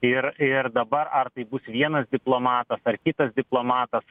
ir dabar ar tai bus vienas diplomatas ar kitas diplomatas